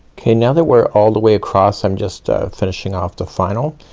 okay now that we're all the way across, i'm just ah finishing off the final.